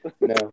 No